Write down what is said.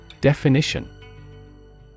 Definition